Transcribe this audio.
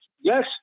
yes